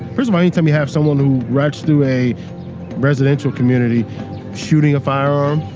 any time you have someone who rides through a residential community shooting a firearm,